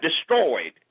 destroyed